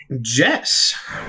Jess